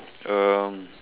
um